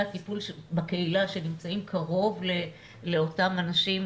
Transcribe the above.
הטפול בקהילה שנמצאים קרוב לאותם אנשים.